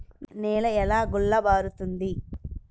నేల ఎలా గుల్లబారుతుంది?